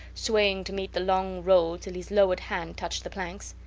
swaying to meet the long roll till his lowered hand touched the planks.